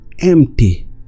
empty